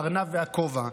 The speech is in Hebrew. הארנב והכובע,